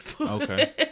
Okay